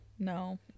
no